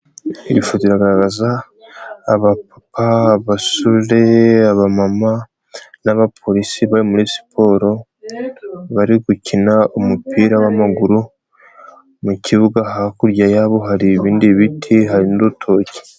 Iyi foto iragaragaza aba papa, abasore, aba mama n'abapolisi bari muri siporo bari gukina umupira wamaguru, mu kibuga hakurya yabo hari ibindi biti hari n'urutoki.